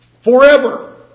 forever